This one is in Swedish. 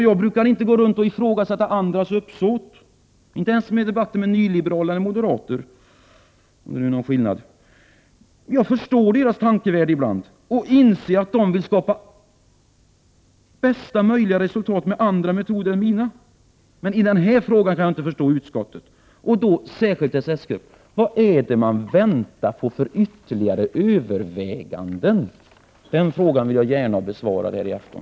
Jag brukar inte gå runt och ifrågasätta andras uppsåt, inte ens i debatter med nyliberaler eller moderater — om det nu är någon skillnad. Jag förstår deras tankevärld ibland och inser att de vill skapa bästa möjliga resultat, med andra metoder än mina. Men i den här frågan kan jag inte förstå utskottet, och särskilt inte dess s-grupp. Vad är det man väntar på för ytterligare överväganden? Den frågan vill jag gärna ha besvarad här i afton.